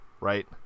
right